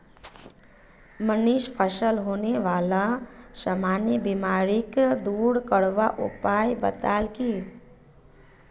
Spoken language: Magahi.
मनीष फलत होने बाला सामान्य बीमारिक दूर करवार उपाय बताल की